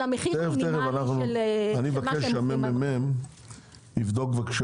המחיר המינימלי של מה --- אני מבקש מה-ממ"מ לבדוק את